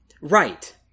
Right